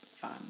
fun